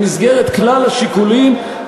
במסגרת כלל השיקולים,